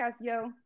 yo